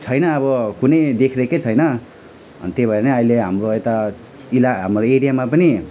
छैन अब कुनै देखरेख छैन अनि त्यही भएर नै अहिले हाम्रो यता इलाका हाम्रो एरियामा पनि